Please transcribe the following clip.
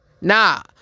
Nah